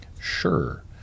Sure